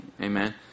amen